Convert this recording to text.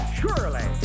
surely